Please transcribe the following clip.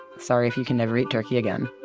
sorry if you can never eat turkey again